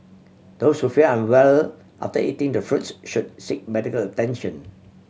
those who feel unwell after eating the fruits should seek medical attention